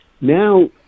now